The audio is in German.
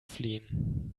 fliehen